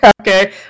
Okay